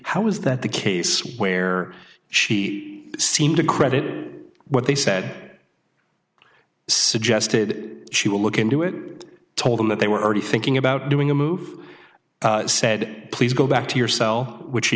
how is that the case where she seemed to credit what they said suggested she will look into it told them that they were already thinking about doing a move said please go back to your cell which he